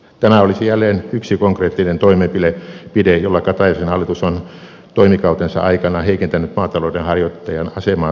tämä olisi jälleen yksi konkreettinen toimenpide jolla kataisen hallitus on toimikautensa aikana heikentänyt maatalouden harjoittajan asemaa suomessa